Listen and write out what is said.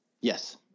Yes